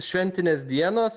šventinės dienos